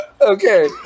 Okay